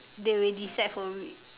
they will decide for it